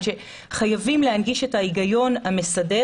שחייבים להנגיש את ההיגיון המסדר,